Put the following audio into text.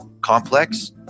Complex